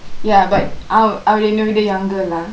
ya but அவ~ அவன் என்னவிட:ava~ avan yennavida youngker lah